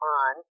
on